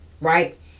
Right